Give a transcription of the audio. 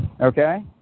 okay